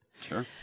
Sure